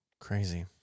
crazy